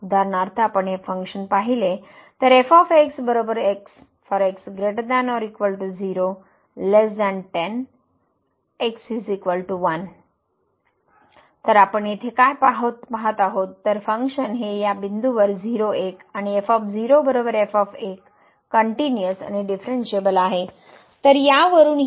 तर उदाहरणार्थ आपण हे फंक्शन पाहिले तर तर आपण येथे काय पाहत आहोत तर फंक्शन हे या बिंदूवर 0 1 कनट्युनिअस आणि डीफरनशिएबल आहे